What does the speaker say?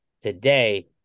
today